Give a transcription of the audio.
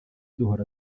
duhora